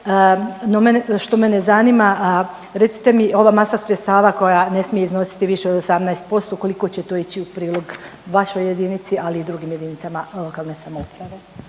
što mene zanima, recite mi ova masa sredstava koja ne smije iznositi više od 18% koliko će to ići u prilog vašoj jedinici, ali i drugim jedinicama lokalne samouprave?